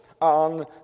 on